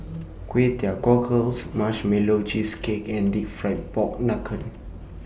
Kway Teow Cockles Marshmallow Cheesecake and Deep Fried Pork Knuckle